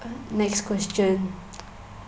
next question